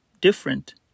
different